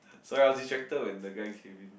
sorry I was distracted when the guy came in